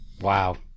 Wow